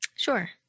Sure